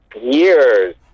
years